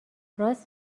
راست